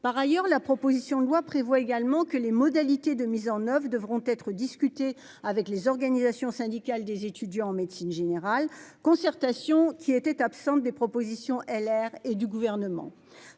Par ailleurs, la proposition de loi prévoit également que les modalités de mise en oeuvre devront être discuté avec les organisations syndicales des étudiants en médecine générale concertation qui était absent des propositions LR et du gouvernement